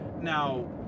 Now